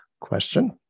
question